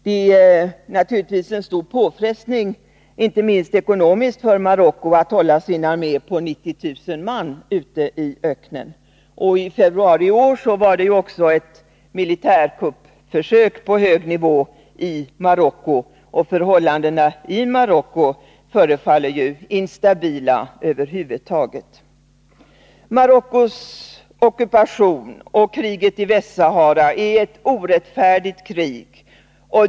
Det är naturligtvis en stor påfrestning, inte minst ekonomiskt, för Marocko att hålla sin armé på 90 000 man ute i öknen. I februari i år gjordes också ett militärkuppförsök på hög nivå i Marocko, och förhållandena där förefaller instabila över huvud taget. Kriget i Västsahara är ett orättfärdigt krig.